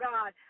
God